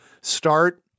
start